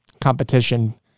competition